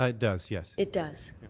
um does, yes. it does.